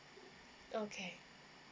okay